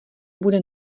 bude